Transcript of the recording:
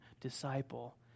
disciple